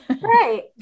Right